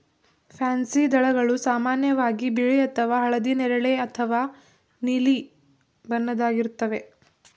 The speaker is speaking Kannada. ಪ್ಯಾನ್ಸಿ ದಳಗಳು ಸಾಮಾನ್ಯವಾಗಿ ಬಿಳಿ ಅಥವಾ ಹಳದಿ ನೇರಳೆ ಅಥವಾ ನೀಲಿ ಬಣ್ಣದ್ದಾಗಿರುತ್ವೆ